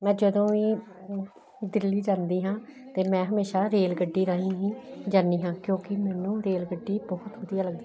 ਮੈਂ ਜਦੋਂ ਵੀ ਦਿੱਲੀ ਜਾਂਦੀ ਹਾਂ ਅਤੇ ਮੈਂ ਹਮੇਸ਼ਾ ਰੇਲ ਗੱਡੀ ਰਾਹੀਂ ਹੀ ਜਾਂਦੀ ਹਾਂ ਕਿਉਂਕਿ ਮੈਨੂੰ ਰੇਲ ਗੱਡੀ ਬਹੁਤ ਵਧੀਆ ਲੱਗਦੀ